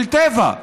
של טבע.